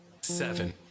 seven